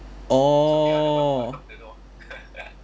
orh